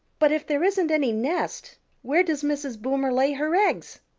but if there isn't any nest where does mrs. boomer lay her eggs?